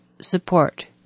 support